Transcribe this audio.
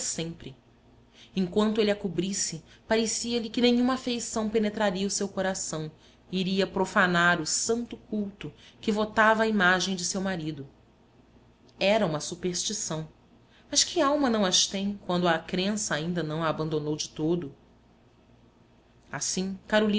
sempre enquanto ele a cobrisse parecia-lhe que nenhuma afeição penetraria o seu coração e iria profanar o santo culto que votava à imagem de seu marido era uma superstição mas que alma não as tem quando a crença ainda não a abandonou de todo assim